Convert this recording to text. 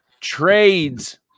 trades